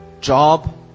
job